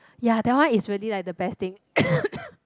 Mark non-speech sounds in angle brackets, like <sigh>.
ya that one is really like the best thing <coughs>